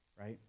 right